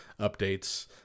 updates